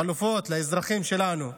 חלופות לאזרחים שלנו,